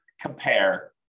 compare